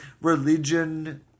religion